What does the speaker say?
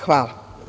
Hvala.